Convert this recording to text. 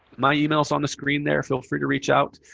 my email's on the screen there. feel free to reach out.